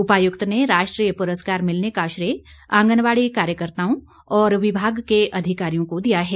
उपायुक्त ने राष्ट्रीय पुरस्कार मिलने का श्रेय आंगनबाड़ी कार्यकर्ताओं और विभाग के अधिकारियों को दिया है